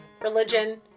religion